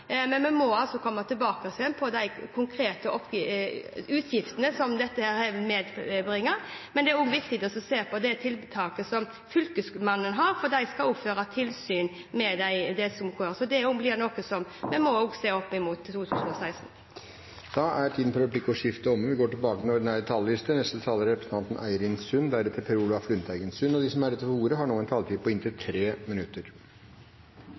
men vi må komme tilbake igjen med hensyn til de konkrete utgiftene som dette bringer med seg. Men det er også viktig å se på tiltak som Fylkesmannen har, for de skal også føre tilsyn. Så det blir også noe en må se det opp mot i 2016. Replikkordskiftet er omme. De talere som heretter får ordet, har en taletid på inntil 3 minutter.